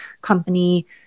company